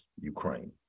Ukraine